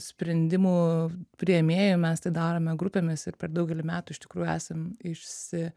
sprendimų priėmėjų mes tai darome grupėmis ir per daugelį metų iš tikrųjų esam išsi